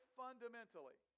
fundamentally